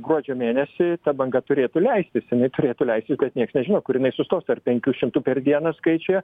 gruodžio mėnesį ta banga turėtų leistis jinai turėtų leistis bet nieks nežino kur jinai sustos ar penkių šimtų per dieną skaičiuje